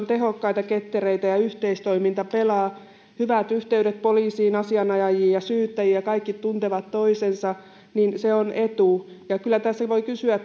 tehokkaita ketteriä ja yhteistoiminta pelaa on hyvät yhteydet poliisiin asianajajiin ja syyttäjiin ja kaikki tuntevat toisensa se on etu kyllä tässä voi kysyä